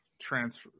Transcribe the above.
transfer –